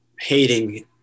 hating